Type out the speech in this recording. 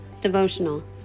Devotional